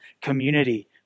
community